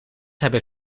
hebben